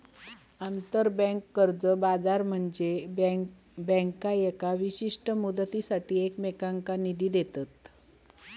आंतरबँक कर्ज बाजार म्हनजे बँका येका विशिष्ट मुदतीसाठी एकमेकांनका निधी देतत